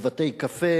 בבתי-קפה